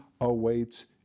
awaits